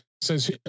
says